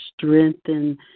strengthen